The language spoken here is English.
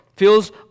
feels